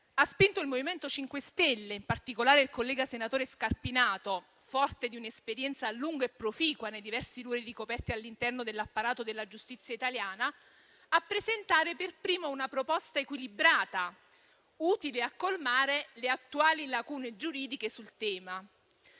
ha spinto il MoVimento 5 Stelle, in particolare il collega senatore Scarpinato, forte di un'esperienza lunga e proficua nei diversi ruoli ricoperti all'interno dell'apparato della giustizia italiana, a presentare per primo una proposta equilibrata utile a colmare le attuali lacune giuridiche sul tema.